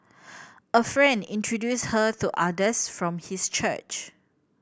a friend introduced her to others from his church